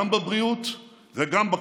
גם בבריאות וגם בכלכלה,